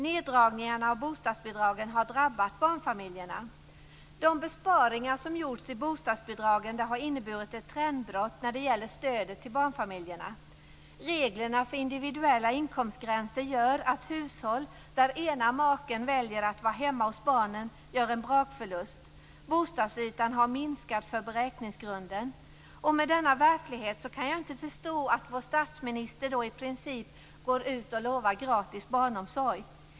Neddragningarna av bostadsbidragen har drabbat barnfamiljerna. De besparingar som har gjorts i bostadsbidragen har inneburit ett trendbrott när det gäller stödet till barnfamiljerna. Reglerna för individuella inkomstgränser gör att hushåll där ena maken väljer att vara hemma hos barnen gör en brakförlust. Bostadsytan för beräkningsgrunden har minskat. Med denna verklighet kan jag inte förstå att vår statsminister i princip går ut och lovar gratis barnomsorg.